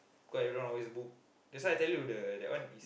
cause everyone always book that's why I tell you the that one is